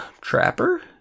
Trapper